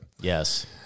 Yes